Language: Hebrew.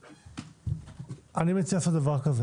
אני מציע כך.